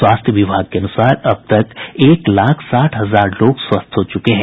स्वास्थ्य विभाग के अनुसार अब तक एक लाख साठ हजार लोग स्वस्थ हो चुके है